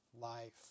life